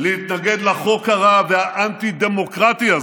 להתנגד לחוק הרע והאנטי-דמוקרטי הזה,